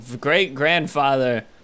great-grandfather